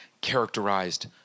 characterized